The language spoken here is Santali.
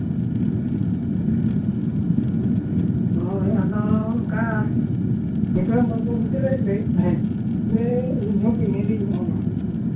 ᱦᱳᱭ ᱟᱫᱚ ᱚᱱᱠᱟ ᱢᱤᱫᱴᱟᱝ ᱵᱟᱹᱵᱩ ᱜᱚᱫᱽᱨᱟᱹᱭ ᱞᱟᱹᱭᱮᱫ ᱛᱟᱦᱮᱸᱫ ᱡᱮ ᱤᱧ ᱦᱚᱸ ᱵᱤᱱᱤᱰᱤᱧ ᱚᱞᱟ